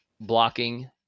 blocking